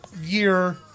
year